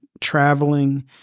traveling